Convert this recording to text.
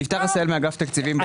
יפתח עשהאל, אגף תקציבים באוצר.